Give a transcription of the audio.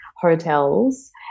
hotels